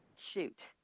Shoot